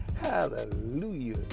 Hallelujah